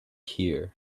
here